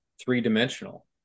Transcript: three-dimensional